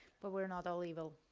but we're not all evil.